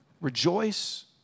rejoice